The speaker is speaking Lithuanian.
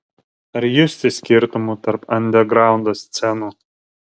ar justi skirtumų tarp andergraundo scenų